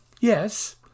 yes